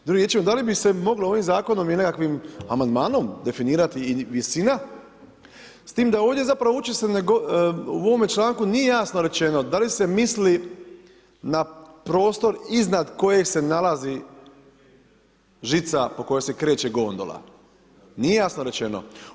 Drugimi riječima, da li bi se moglo ovim zakonom i nekakvom amandmanom, definirati i visina s tim da ovdje zapravo uopće se ne, u ovome članku nije jasno rečeno, da li se misli na prostor iznad kojeg se nalazi žica o koje se kreće gonudla, nije jasno rečeno.